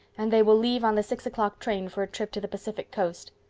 and they will leave on the six o'clock train for a trip to the pacific coast.